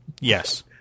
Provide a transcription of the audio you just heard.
Yes